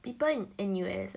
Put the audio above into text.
people in N_U_S ah